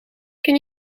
ken